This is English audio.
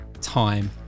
time